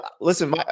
listen